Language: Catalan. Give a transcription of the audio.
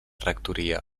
rectoria